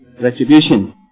retribution